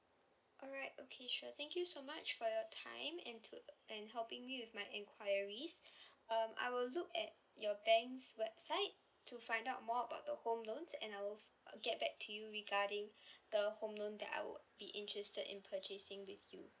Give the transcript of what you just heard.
alright okay sure thank you so much for your time and to and helping me with my enquiries um I will look at your bank's website to find out more about the home loans and I will get back to you regarding the home loan that I would be interested in purchasing with you